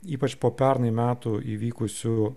ypač po pernai metų įvykusių